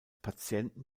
patienten